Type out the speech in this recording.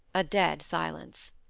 a dead silence.